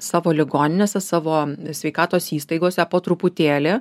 savo ligoninėse savo sveikatos įstaigose po truputėlį